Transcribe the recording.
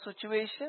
situation